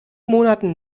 monaten